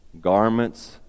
garments